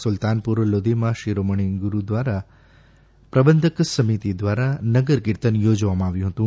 સુલતાનપુર લોધીમાં શિરોમણી ગુરૂદ્વારા પ્રબંધક સમિતિ દ્વારા નગરકિર્તન યોજવામાં આવ્યુ હતુ